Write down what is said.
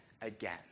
again